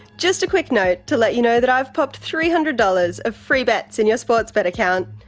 just a quick note to let you know that i've popped three hundred dollars of free bets in your sportsbet account.